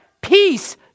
peace